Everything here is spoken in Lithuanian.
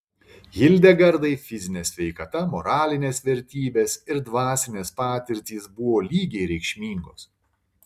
hildegardai fizinė sveikata moralinės vertybės ir dvasinės patirtys buvo lygiai reikšmingos